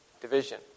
division